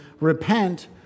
repent